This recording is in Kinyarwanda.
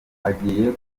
agiye